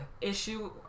issue